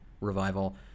revival